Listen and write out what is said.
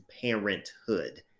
parenthood